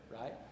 right